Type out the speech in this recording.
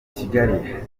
kigali